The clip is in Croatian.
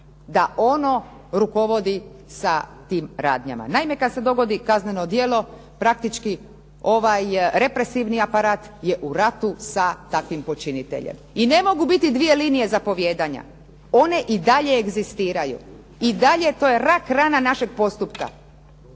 da ono rukovodi sa tim radnjama. Naime, kad se dogodi kazneno djelo praktički ovaj represivni aparat je u ratu sa takvim počiniteljem. I ne mogu biti dvije linije zapovijedanja. One i dalje egzistiraju, to je rak rana našeg postupka.